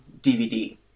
DVD